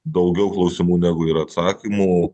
daugiau klausimų negu yra atsakymų